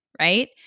right